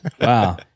Wow